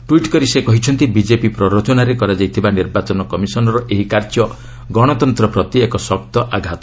tweet କରି ସେ କହିଛନ୍ତି ବିକେପି ପ୍ରରୋଚନାରେ କରାଯାଇଥିବା ନିର୍ବାଚନ କମିଶନ୍ ର ଏହି କାର୍ଯ୍ୟ ଗଣତନ୍ତ ପ୍ରତି ଏକ ଶକ୍ତ ଆଘାତ